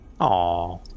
Aww